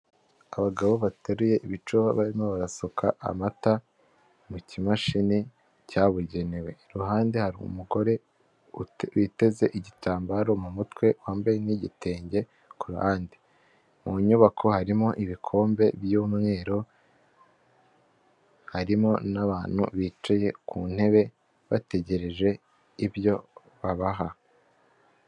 Abagabo bateruye ibico barimo barasuka amata mu kimashini cyabugenewe iruhande hari umugore witeze igitambaro mu mutwe wambaye n'igitenge, ku ruhande mu nyubako harimo ibikombe by'umweru harimo n'abantu, bicaye ku ntebe bategereje ibyo babaha.